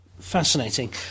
fascinating